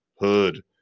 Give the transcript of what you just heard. hood